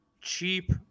cheap –